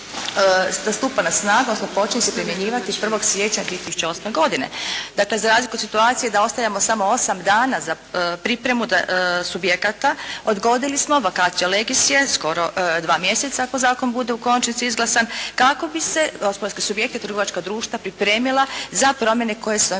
da stupa na snagu, odnosno počne se primjenjivati 1. siječnja 2008. godine. Dakle za razliku od situacije da ostavljamo samo 8 dana za pripremu subjekata odgodilo smo, vacatio legis je skoro 2 mjeseca ako zakon bude u konačnici izglasan kako bi se gospodarski subjekti, trgovačka društva pripremila za promjene koje se ovim